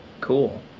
cool